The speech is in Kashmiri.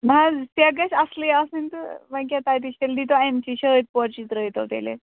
نہَ حظ سٮ۪کھ گَژھِ اصلٕے آسٕنۍ تہٕ وۅنۍ کیٛاہ تَتِچ تیٚلہِ دیٖتو امچی شٲدۍ پورچی ترٛٲوۍتَو تیٚلہِ اَسہِ